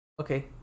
Okay